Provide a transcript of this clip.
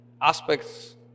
aspects